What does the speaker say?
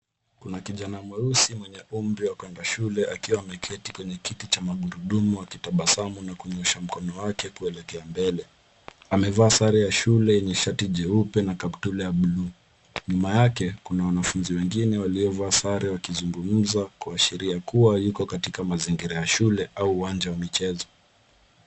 Kuna kijana mweusi mwenye umri wa kwenda shule; akiwa ameketi kwenye kiti cha magurudumu, akitabasamu na kunyosha mkono wake kuelekea mbele. Amevaa sare ya shule yenye shati jeupe na kaptula ya buluu. Nyuma yake kuna wanafunzi wengine waliovaa sare, wakizungumza; kuashiria kuwa yuko katika mazingira ya shule au uwanja wa michezo.